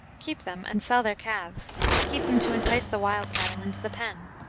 keep them, and sell their calves keep them to entice the wild cattle into the pen.